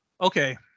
okay